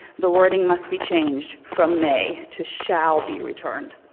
the wording must be changed from may to shall be returned.